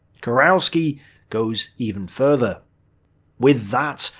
kurowski goes even further with that,